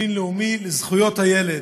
הבין-לאומי לזכויות הילד,